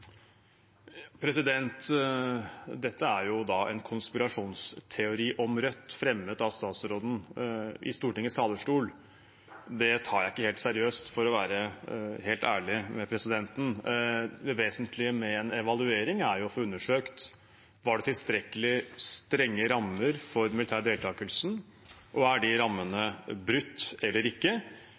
Dette er da en konspirasjonsteori om Rødt fremmet av ministeren på Stortingets talerstol. Det tar jeg ikke helt seriøst, for å være helt ærlig med presidenten. Det vesentlige med en evaluering er jo å få undersøkt om det var tilstrekkelig strenge stramme rammer for den militære deltakelsen, og om de rammene er brutt eller ikke.